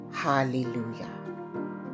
Hallelujah